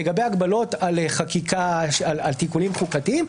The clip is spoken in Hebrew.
לגבי הגבלות על תיקונים חוקתיים.